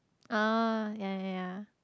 ah ya ya ya